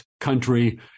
country